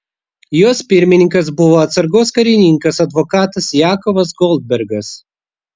jos pirmininkas buvo atsargos karininkas advokatas jakovas goldbergas